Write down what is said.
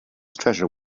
treasure